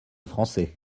français